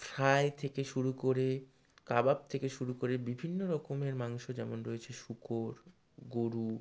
fry থেকে শুরু করে কাবাব থেকে শুরু করে বিভিন্ন রকমের মাংস যেমন রয়েছে শুকোর গরু